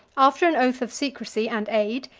after an oath of secrecy and aid,